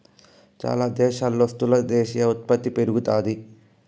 చాలా దేశాల్లో స్థూల దేశీయ ఉత్పత్తి పెరుగుతాది